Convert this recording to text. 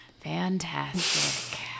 Fantastic